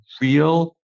real